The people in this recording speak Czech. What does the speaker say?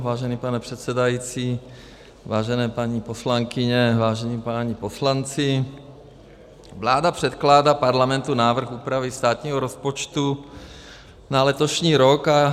Vážený pane předsedající, vážené paní poslankyně, vážení páni poslanci, vláda předkládá parlamentu návrh úpravy státního rozpočtu na letošní rok.